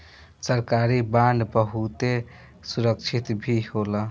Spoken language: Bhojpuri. सरकारी बांड बहुते सुरक्षित भी होला